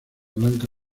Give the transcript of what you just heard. blanca